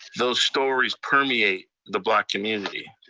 those stories permeate the black community.